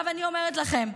עכשיו, אני אומרת לכם,